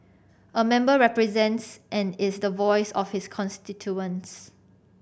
a member represents and is the voice of his constituents